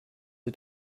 sie